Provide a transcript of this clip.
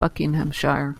buckinghamshire